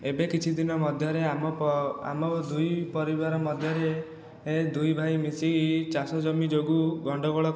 ଏବେ କିଛି ଦିନ ମଧ୍ୟରେ ଆମ ଆମ ଦୁଇ ପରିବାର ମଧ୍ୟରେ ଦୁଇ ଭାଇ ମିଶି ଚାଷ ଜମି ଯୋଗୁଁ ଗଣ୍ଡଗୋଳ କ